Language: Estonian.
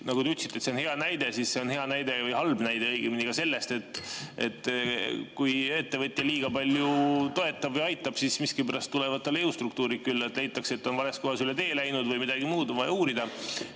– te ütlesite, et see on hea näide –, see on hea näide, või õigemini halb näide sellest, et kui ettevõtja liiga palju toetab ja aitab, siis miskipärast tulevad talle jõustruktuurid külla, leitakse, et ta on vales kohas üle tee läinud või midagi muud on vaja uurida.